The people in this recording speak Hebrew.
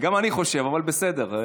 גם אני חושב, אבל בסדר.